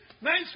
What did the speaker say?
Nice